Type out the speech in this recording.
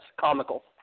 comical